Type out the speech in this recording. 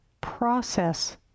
process